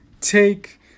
take